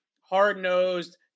hard-nosed